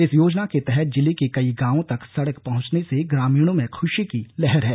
इस योजना के तहत जिले के कई गांवो तक सड़क पहंचने ग्रामीणों में खुशी की लहर है